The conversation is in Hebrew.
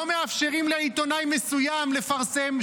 לא מאפשרים לעיתונאי מסוים לפרסם,